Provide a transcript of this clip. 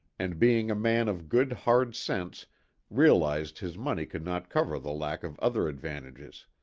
and being a man of good hard sense realized his money could not cover the lack of other advan tages.